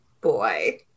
boy